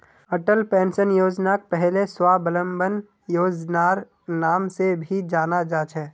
Atal pension योजनाक पहले स्वाबलंबन योजनार नाम से भी जाना जा छे